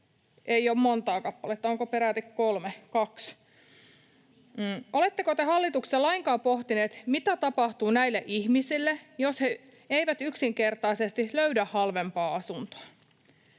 ei ole montaa kappaletta, onko peräti kolme, kaksi? Oletteko te hallituksessa lainkaan pohtineet, mitä tapahtuu näille ihmisille, jos he eivät yksinkertaisesti löydä halvempaa asuntoa?